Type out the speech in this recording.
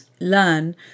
learn